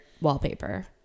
wallpaper